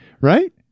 Right